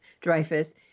Dreyfus